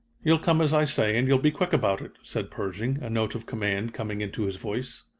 you'll come as i say, and you'll be quick about it, said pershing, a note of command coming into his voice.